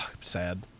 Sad